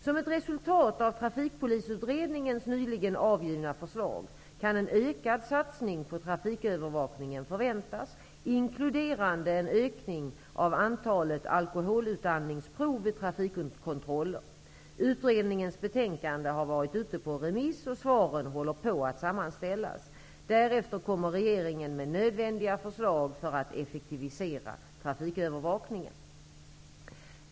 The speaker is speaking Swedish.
Som ett resultat av Trafikpolisutredningens nyligen avgivna förslag kan en ökad satsning på trafikövervakningen förväntas, inkluderande en ökning av antalet alkoholutandningsprov vid trafikkontroller. Utredningens betänkande har varit ute på remiss. Svaren håller på att sammanställas. Därefter kommer regeringen med nödvändiga förslag för att effektivisera trafikövervakningen.